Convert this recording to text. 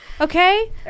Okay